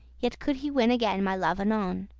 yet could he win again my love anon.